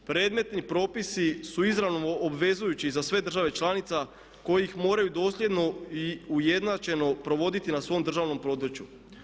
Predmetni propisi su izravno obvezujući za sve države članice koje ih moraju dosljedno i ujednačeno provoditi na svom državnom području.